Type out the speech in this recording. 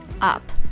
up